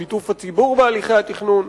שיתוף הציבור בהליכי התכנון.